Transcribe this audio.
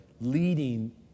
leading